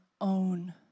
own